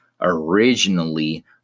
originally